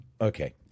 Okay